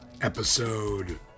Episode